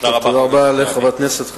תודה רבה, חברת הכנסת זועבי.